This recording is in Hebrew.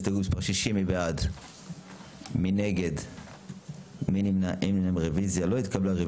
הצבעה הרוויזיה לא נתקבלה הרוויזיה לא התקבלה.